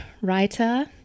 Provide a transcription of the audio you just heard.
writer